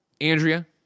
Andrea